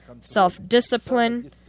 self-discipline